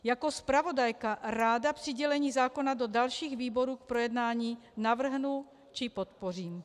Jako zpravodajka ráda přidělení zákona do dalších výborů k projednání navrhnu či podpořím.